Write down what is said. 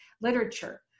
literature